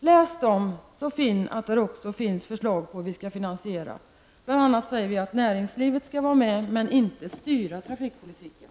Om han läser dem, finner han också att vi har angivit förslag till finansiering. Bl.a. säger vi att näringslivet skall vara med, men inte skall styra trafikpolitiken.